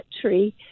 tree